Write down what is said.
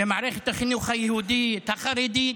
במערכת החינוך היהודית, החרדית,